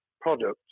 products